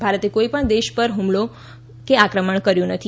ભારતે કોઇ પણ દેશ પર હ્મલો કે આક્રમણ કર્યું નથી